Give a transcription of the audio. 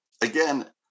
Again